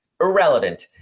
Irrelevant